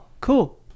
cool